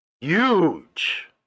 Huge